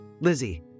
Lizzie